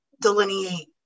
delineate